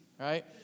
Right